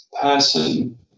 person